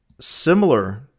similar